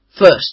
First